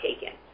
taken